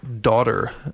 Daughter